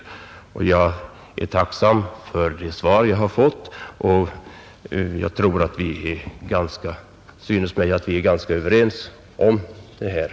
Jag är tacksam för det svar jag har fått, och det synes mig att vi är ganska överens på denna punkt.